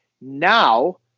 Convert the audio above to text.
Now